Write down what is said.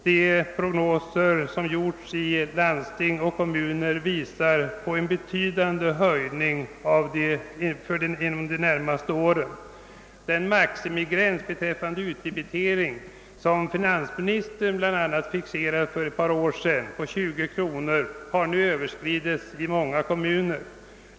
De prognoser som uppgjorts i kommuner och landsting visar på en betydande höjning inom de närmaste åren. Den maximigräns beträffande kommunal utdebitering, som finansministern bl.a. fixerade för ett par år sedan till 20 kronor, har öÖöverskridits i många kommuner.